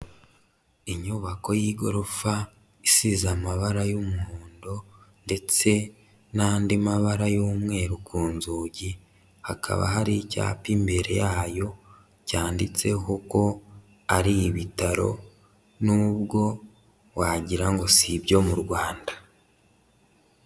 Inyubako y'igorofa isize amabara y'umuhondo ndetse n'andi mabara y'umweru ku nzugi, hakaba hari icyapa imbere yayo cyanditseho ko ari ibitaro n'ubwo wagira ngo si ibyo mu Rwanda.